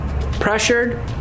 pressured